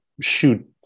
shoot